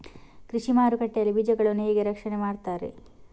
ಕೃಷಿ ಮಾರುಕಟ್ಟೆ ಯಲ್ಲಿ ಬೀಜಗಳನ್ನು ಹೇಗೆ ರಕ್ಷಣೆ ಮಾಡ್ತಾರೆ?